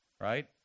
right